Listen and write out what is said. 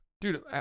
dude